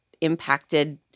impacted